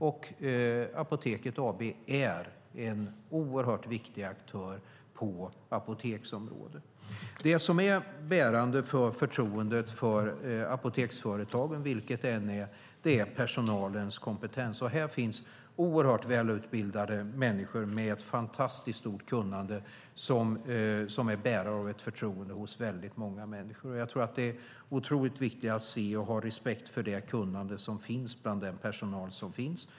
Och Apoteket AB är en oerhört viktig aktör på apoteksområdet. Det som är bärande för förtroendet för apoteksföretagen, vilket det än är, är personalens kompetens. Och här finns oerhört välutbildade människor med ett fantastiskt stort kunnande. De är bärare av ett förtroende hos väldigt många människor. Jag tror att det är otroligt viktigt att se och ha respekt för det kunnande som finns bland personalen.